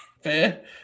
Fair